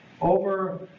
over